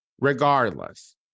Regardless